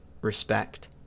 respect